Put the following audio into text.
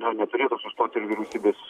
na neturėtų sustot ir vyriausybės